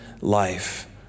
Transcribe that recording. life